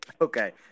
Okay